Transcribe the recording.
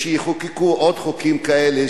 ושיחוקקו עוד חוקים כאלה,